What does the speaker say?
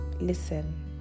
listen